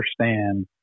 understand